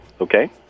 Okay